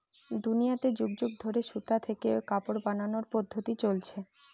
দুনিয়াতে যুগ যুগ ধরে সুতা থেকে কাপড় বানানোর পদ্ধপ্তি চলছে